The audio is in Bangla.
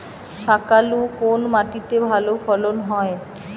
শাকালু কোন মাটিতে ভালো ফলন হয়?